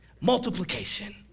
multiplication